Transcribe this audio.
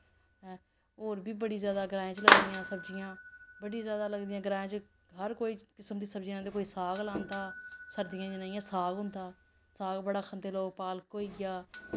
ऐं होर बी बड़ी ज्यादा ग्राएं च लगदियां सब्जियां बड़ियां ज्यादा लगदियां ग्राएं च हर कोई किसम दी सब्जी लांदा कोई साग लांदा सर्दियें दे दिनें जियां साग होंदा साग बड़ा खंदे लोग पालक होई गेआ